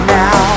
now